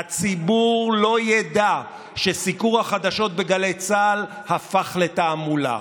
הציבור לא ידע שסיקור החדשות בגלי צה"ל הפך לתעמולה.